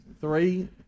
Three